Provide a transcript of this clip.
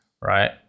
right